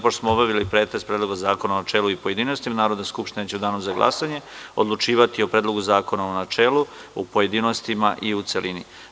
Pošto smo obavili pretres Predloga zakona u načelu i pojedinostima, Narodna skupština će u danu za glasanje odlučivati o Predlogu zakona u načelu pojedinostima i celini.